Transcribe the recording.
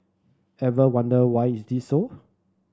ever wonder why it is so